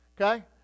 okay